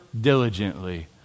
diligently